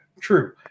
true